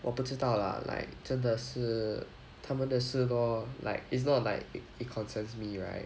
我不知道 lah like 真的是他们的事 lor like it's not like it concerns me right